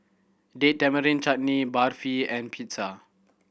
Date Tamarind Chutney Barfi and Pizza